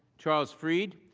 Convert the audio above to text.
charles freed.